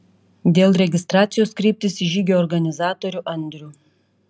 dėl registracijos kreiptis į žygio organizatorių andrių